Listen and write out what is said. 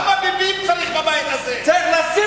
כמה "ביבים" צריך בבית הזה.